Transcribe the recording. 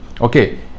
okay